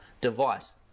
device